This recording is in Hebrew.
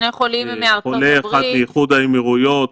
חולה אחד מאיחוד האמירויות,